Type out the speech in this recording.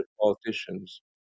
politicians